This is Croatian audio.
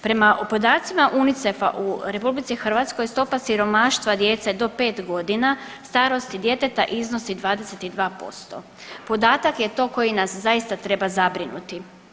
Prema podacima UNICEF-a u RH stopa siromaštva djece do pet godina starosti djeteta iznosi 22%, podatak je to koji nas zaista treba zabrinuti.